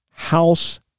House